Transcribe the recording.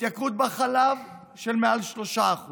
התייקרות של החלב במעל 3%;